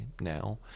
now